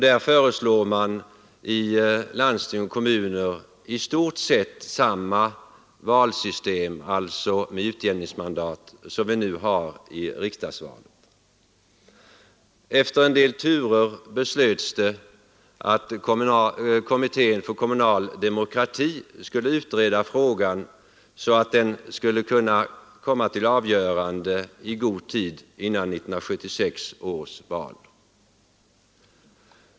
Där föreslås för landsting och kommuner i stort sett samma valsystem, alltså med utjämningsmandat, som vi nu har i riksdagsvalet. Efter en del turer beslöts det att utredningen om den kommunala demokratin skulle utreda frågan så att den skulle kunna komma till avgörande i god tid före 1976 års val.